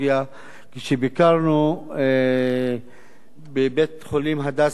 כשביקרנו בבית-חולים "הדסה עין-כרם"